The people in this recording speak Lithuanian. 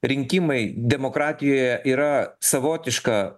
rinkimai demokratijoje yra savotiška